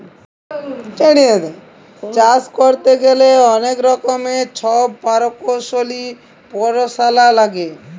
চাষ ক্যইরতে গ্যালে যে অলেক রকমের ছব পরকৌশলি পরাশলা লাগে